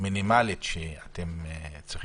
המינימלית שאתם צריכים,